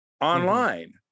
online